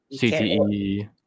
CTE